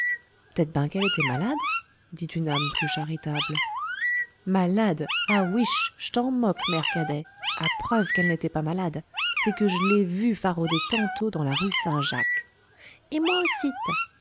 dimanche p't'êt'ben qu'elle était malade dit une âme plus charitable malade ah ouiche j't'en moque mère cadet a preuve qu'elle n'était pas malade c'est que j'l'ai vue farauder tantôt dans la rue st jacques et moi